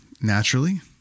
naturally